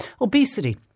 obesity